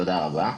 תודה רבה.